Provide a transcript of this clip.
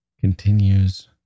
continues